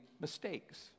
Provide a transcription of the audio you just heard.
mistakes